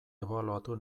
ebaluatu